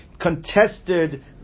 contested